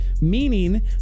meaning